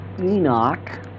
Enoch